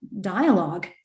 Dialogue